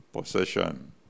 possession